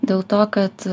dėl to kad